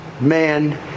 man